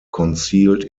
concealed